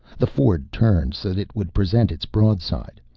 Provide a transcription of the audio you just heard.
the ford turned so that it would present its broad side.